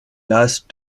last